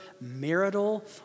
marital